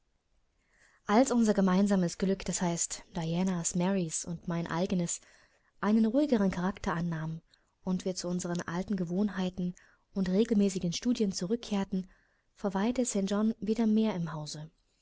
als unser gemeinsames glück d h dianas marys und mein eigenes einen ruhigeren charakter annahm und wir zu unseren alten gewohnheiten und regelmäßigen studien zurückkehrten verweilte st john wieder mehr im hause